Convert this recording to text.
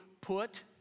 put